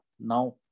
Now